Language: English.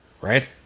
right